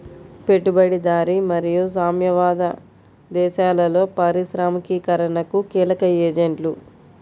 పెట్టుబడిదారీ మరియు సామ్యవాద దేశాలలో పారిశ్రామికీకరణకు కీలక ఏజెంట్లు